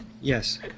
Yes